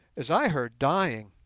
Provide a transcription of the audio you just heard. as i heard, dying.